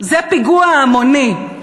זה פיגוע המוני.